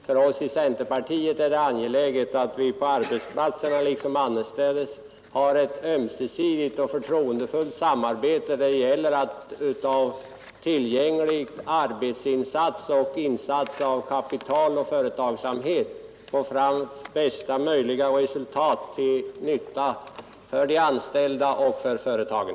För oss i centerpartiet är det angeläget att vi på arbetsplatserna liksom annorstädes har ett ömsesidigt förtroendefullt samarbete. Det gäller att av tillgänglig arbetinsats och insats av kapital och företagsamhet få fram bästa möjliga resultat till nytta för de anställda och för företagen.